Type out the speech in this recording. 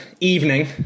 evening